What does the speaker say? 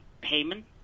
payment